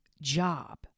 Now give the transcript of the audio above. job